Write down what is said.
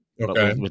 Okay